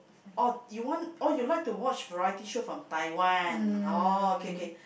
oh you want oh you like to watch variety show from Taiwan oh okay okay